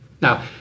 Now